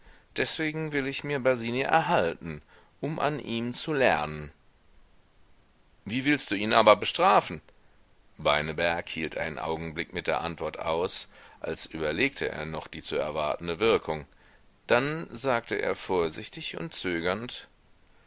deswegen will ich mir basini erhalten um an ihm zu lernen wie willst du ihn aber bestrafen beineberg hielt einen augenblick mit der antwort aus als überlegte er noch die zu erwartende wirkung dann sagte er vorsichtig und zögernd